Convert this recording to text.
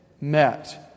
met